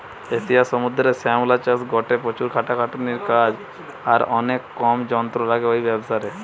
এশিয়ার সমুদ্রের শ্যাওলা চাষ গটে প্রচুর খাটাখাটনির কাজ আর অনেক কম যন্ত্র লাগে ঔ ব্যাবসারে